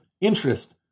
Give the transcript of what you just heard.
interest